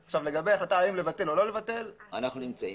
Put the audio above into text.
האם לבטל או לא לבטל לכן אנו פה